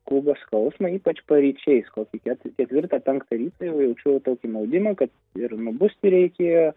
klubo skausmą ypač paryčiais kokį ket ketvirtą penktą ryto jau jaučiau tokį maudimą kad ir nubusti reikėjo